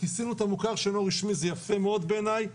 - כיסינו את המוכר שאינו רשמי שזה יפה מאוד בעיניי.